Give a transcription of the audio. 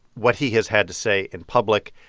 what he has had to say in public,